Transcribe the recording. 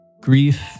grief